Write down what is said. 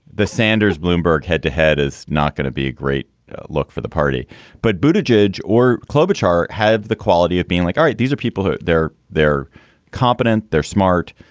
the sanders bloomberg head to head is not going to be a great look for the party but bhuta jej or klobuchar have the quality of being like, all right. these are people who are there. they're competent. they're smart.